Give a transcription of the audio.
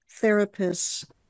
therapists